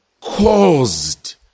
caused